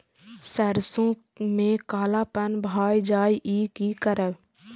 सरसों में कालापन भाय जाय इ कि करब?